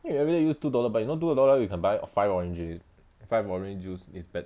then you everyday use two dollars buy you know two dollars you can buy five orange already five orange juice is bett~